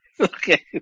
Okay